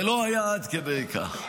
זה לא היה עד כדי כך.